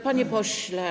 Panie pośle.